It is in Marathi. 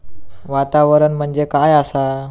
वातावरण म्हणजे काय आसा?